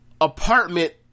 apartment